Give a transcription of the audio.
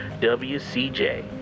wcj